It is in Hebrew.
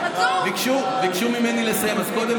חברת